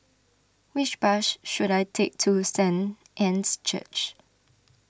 which bus should I take to Saint Anne's Church